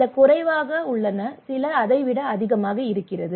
சில குறைவாக உள்ளன சில அதைவிட அதிகமாக இருக்கிறது